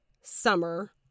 summer